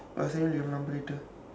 pass you the number later